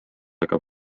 aga